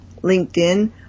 LinkedIn